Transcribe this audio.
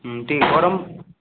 ହୁଁ ଟିକିଏ ଗରମ